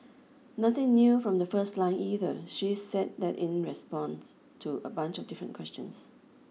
nothing new from the first line either she said that in response to a bunch of different questions